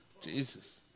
Jesus